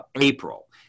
April